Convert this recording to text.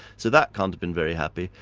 so that can't have been very happy.